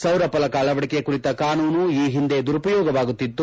ಸೌರಫಲಕ ಅಳವಡಿಕೆ ಕುರಿತ ಕಾನೂನು ಈ ಹಿಂದೆ ದುರುಪಯೋಗವಾಗುತ್ತಿತ್ತು